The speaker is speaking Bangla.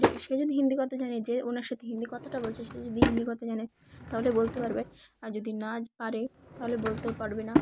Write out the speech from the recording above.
যে সে যদি হিন্দি কথা জানে যে ওনার সাথে হিন্দি কথাটা বলছে সে যদি হিন্দি কথা জানে তাহলে বলতে পারবে আর যদি না পারে তাহলে বলতেও পারবে না